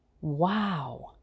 Wow